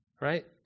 Right